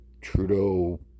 Trudeau